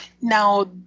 Now